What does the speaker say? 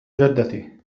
جدتي